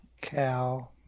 cow